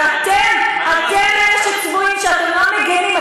ואתם, אתם אלה שצבועים שאתם לא מגנים.